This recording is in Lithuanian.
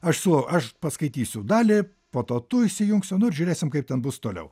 aš siūlau aš paskaitysiu dalį po to tu įsijungsi nu ir žiūrėsim kaip ten bus toliau